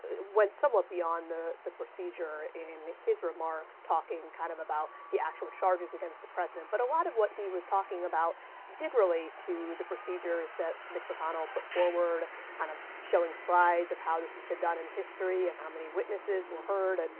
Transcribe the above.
went somewhat beyond the the procedure in his remarks talking kind of about the actual charges against the president. but, a lot of what he was talking about did relate to the procedure that mitch mcconnell put forward kind of showing slides of how this has been done in history. and how many witnesses were heard.